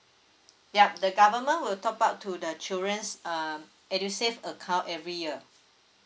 yup the government will top up to the children's uh edusave account every year